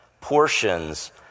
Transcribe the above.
portions